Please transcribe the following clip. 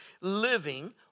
living